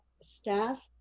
staff